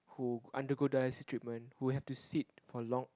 who undergo dialysis treatment who have to sit for long